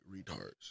retards